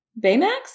Baymax